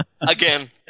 Again